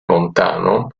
montano